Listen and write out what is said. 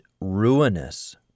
ruinous